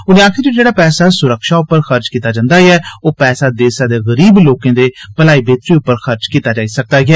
उनें आखेआ जे जेहड़ा पैसा सुरक्षा उप्पर खर्च कीता जंदा ऐ ओह् पैसा देसै दे गरीब लोकें दे भले लेई खर्च कीता जाई सकदा ऐ